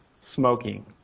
smoking